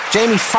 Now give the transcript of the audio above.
Jamie